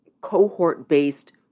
cohort-based